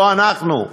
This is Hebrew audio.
לא אנחנו,